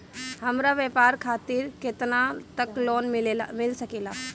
हमरा व्यापार खातिर केतना तक लोन मिल सकेला?